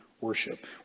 worship